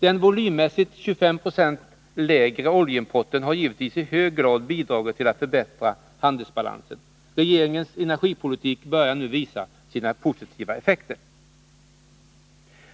Den volymmässigt 25 Zo lägre oljeimporten har givetvis i hög grad bidragit till att förbättra handelsbalansen. Regeringens energipolitik börjar nu visa sina positiva effekter.